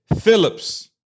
Phillips